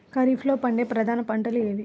ఖరీఫ్లో పండే ప్రధాన పంటలు ఏవి?